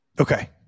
Okay